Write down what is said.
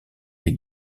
est